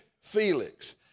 Felix